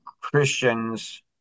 Christians